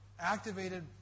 activated